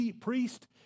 priest